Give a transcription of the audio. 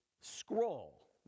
scroll